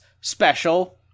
special